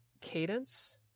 cadence